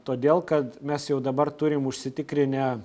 todėl kad mes jau dabar turim užsitikrinę